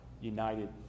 united